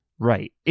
Right